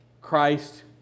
Christ